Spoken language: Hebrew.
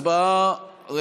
לעבור להצבעה.